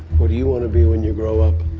what do you want to be when you grow up?